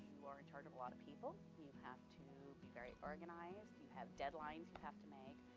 you are in charge of a lot of people. you have to be very organized, you have deadlines you have to make,